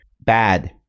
bad